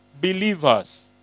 believers